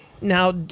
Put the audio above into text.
Now